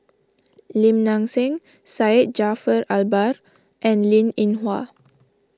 Lim Nang Seng Syed Jaafar Albar and Linn in Hua